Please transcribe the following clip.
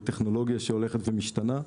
וטכנולוגיה שהולכת ומשתנה.